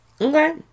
Okay